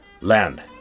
land